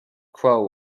crow